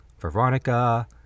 Veronica